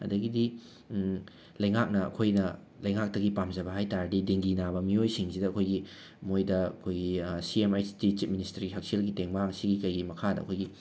ꯑꯗꯒꯤꯗꯤ ꯂꯩꯉꯥꯛꯅ ꯑꯩꯈꯣꯏꯅ ꯂꯩꯉꯥꯛꯇꯒꯤ ꯄꯥꯝꯖꯕ ꯍꯥꯏꯕ ꯇꯥꯔꯗꯤ ꯗꯦꯡꯒꯤ ꯅꯥꯕ ꯃꯤꯑꯣꯏꯁꯤꯡꯁꯤꯗ ꯑꯩꯈꯣꯏꯒꯤ ꯃꯣꯏꯗ ꯑꯩꯈꯣꯏꯒꯤ C M H T chief ministry ꯍꯛꯁꯦꯜꯒꯤ ꯇꯦꯡꯕꯥꯡ ꯁꯤꯒꯤ ꯀꯩꯒꯤ ꯃꯈꯥꯗ ꯑꯩꯈꯣꯏꯒꯤ